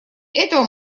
этого